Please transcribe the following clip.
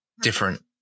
different